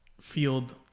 field